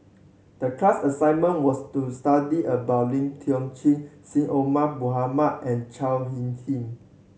the class assignment was to study about Lim Tiong Ghee Syed Omar Mohamed and Chao Hick Sin